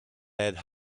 led